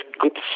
good